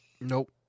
Nope